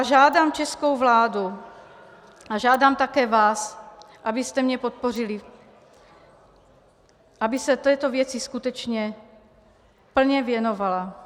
Žádám českou vládu a žádám také vás, abyste mě podpořili, aby se této věci skutečně plně věnovala.